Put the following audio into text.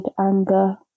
anger